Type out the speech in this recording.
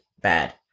bad